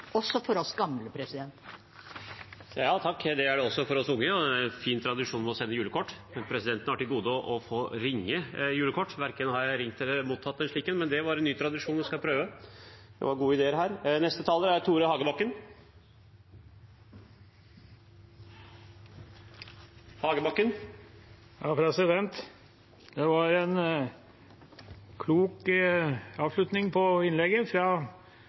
også for oss gamle. Det er det også for oss unge. Det er en fin tradisjon å sende julekort. Presidenten har til gode å «ringe» julekort, jeg har verken «ringt» eller mottatt slike, men det er en ny tradisjon som jeg skal prøve. Det var noen god ideer her. Det var en klok avslutning på innlegget fra